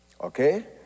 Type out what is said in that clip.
Okay